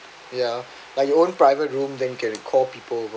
ya like you own private room then can recall people